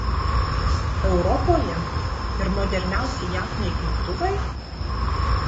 europoje ir moderniausi jav naikintuvai